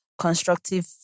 constructive